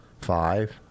Five